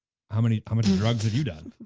how many many drugs have you done?